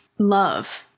Love